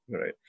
right